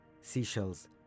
Seashells